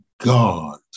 God